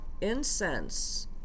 incense